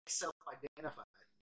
self-identified